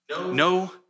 No